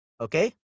okay